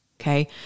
Okay